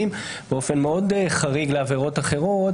כשמדובר בעבירה יחידה באופן מאוד חריג לעומת עבירות אחרות